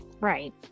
Right